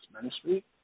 ministry